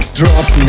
drop